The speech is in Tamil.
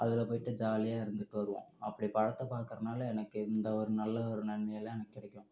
அதில் போய்விட்டு ஜாலியாக இருந்துவிட்டு வருவோம் அப்படி படத்தை பார்க்கறனால எனக்கு இந்த ஒரு நல்ல ஒரு நன்மையெல்லாம் எனக்கு கிடைக்கும்